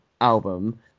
album